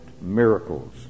miracles